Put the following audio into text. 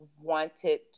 wanted